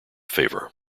favour